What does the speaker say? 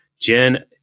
Jen